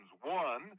One